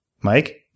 Mike